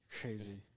Crazy